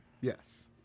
Yes